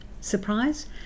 surprise